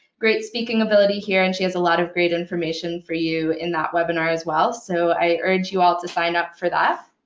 great speaking ability here, and she has a lot of great information for you in that webinar as well. so i urge you all to sign up for that.